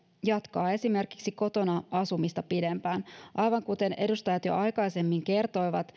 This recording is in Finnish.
jatkaa esimerkiksi kotona asumista pidempään aivan kuten edustajat jo aikaisemmin kertoivat